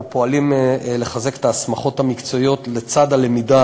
אנחנו פועלים לחזק את ההסמכות המקצועיות לצד הלמידה